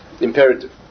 imperative